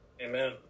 Amen